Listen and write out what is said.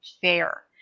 fair